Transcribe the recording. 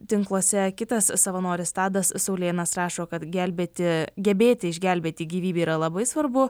tinkluose kitas savanoris tadas saulėnas rašo kad gelbėti gebėti išgelbėti gyvybę yra labai svarbu